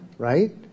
Right